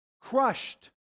crushed